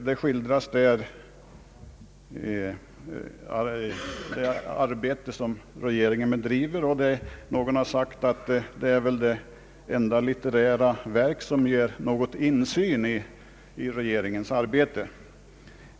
Däri skildras i olika avsnitt arbetet inom regeringen och någon har sagt att detta är ett av de få litterära verk som ger någon dylik insyn.